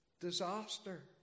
disaster